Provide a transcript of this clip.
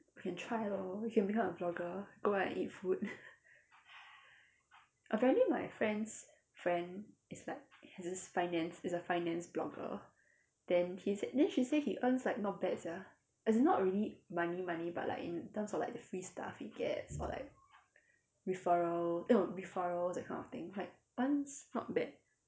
you can try lor you can become a blogger go out and eat food apparently my friend's friend is like has this finance he's a finance blogger then he said then she said he earns like not bad sia as in not really money money but like in terms of like the free stuff he gets or like referrals eh no referrals that kind of thing like once not bad